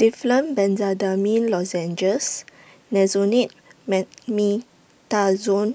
Difflam Benzydamine Lozenges Nasonex Mometasone